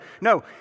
No